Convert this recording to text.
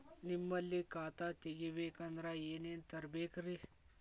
ನಿಮ್ಮಲ್ಲಿ ಖಾತಾ ತೆಗಿಬೇಕಂದ್ರ ಏನೇನ ತರಬೇಕ್ರಿ?